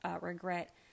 regret